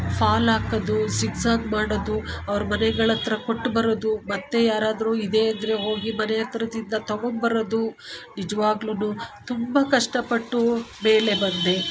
fall ಹಾಕೋದು zigzag ಮಾಡೋದು ಅವ್ರ ಮನೆಗಳಹತ್ರ ಕೊಟ್ಟು ಬರೋದು ಮತ್ತು ಯಾರಾದರೂ ಇದೆ ಅಂದರೆ ಹೋಗಿ ಮನೆ ಹತ್ರದಿಂದ ತಗೊಂಬರೋದು ನಿಜವಾಗ್ಲೂ ತುಂಬ ಕಷ್ಟ ಪಟ್ಟು ಮೇಲೆ ಬಂದೆ